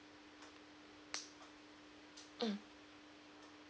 mm